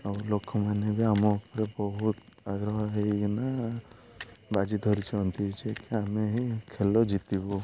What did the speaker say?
ଆଉ ଲୋକମାନେ ବି ଆମ ଉପରେ ବହୁତ ଆଗ୍ରହ ହେଇକିନା ବାଜି ଧରିଛନ୍ତି ଯେ କିି ଆମେ ହିଁ ଖେଳ ଜିତିବୁ